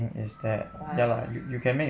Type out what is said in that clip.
why